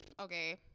okay